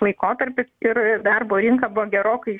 laikotarpis ir darbo rinka buvo gerokai